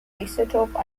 isotope